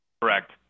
Correct